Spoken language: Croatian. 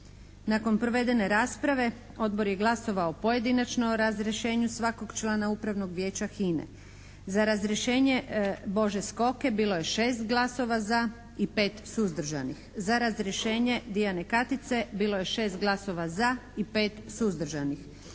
Nakon provedene rasprave Odbor je glasovao pojedinačno o razrješenju svakog člana Upravnog vijeća HINA-e. Za razrješenje Bože Skoke bilo je 6 glasova za i 5 suzdržanih. Za razrješenje Dijane Katice bilo je 6 glasova za i 5 suzdržanih.